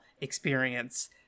experience